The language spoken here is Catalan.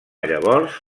llavors